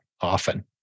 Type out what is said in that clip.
often